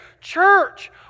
Church